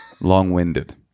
long-winded